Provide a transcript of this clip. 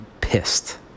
pissed